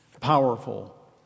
powerful